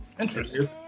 Interesting